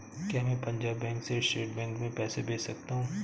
क्या मैं पंजाब बैंक से स्टेट बैंक में पैसे भेज सकता हूँ?